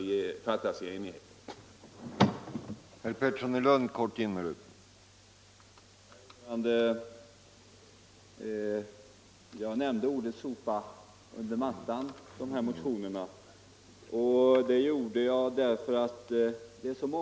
5 december 1974